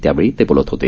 त्यावेळी ते बोलत होते